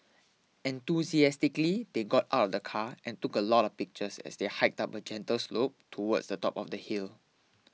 enthusiastically they got out of the car and took a lot of pictures as they hiked up a gentle slope towards the top of the hill